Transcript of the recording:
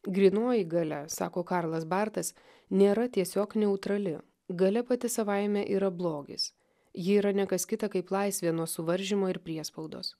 grynoji galia sako karlas bartas nėra tiesiog neutrali galia pati savaime yra blogis ji yra ne kas kita kaip laisvė nuo suvaržymo ir priespaudos